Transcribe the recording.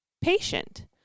Patient